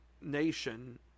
nation